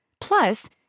Plus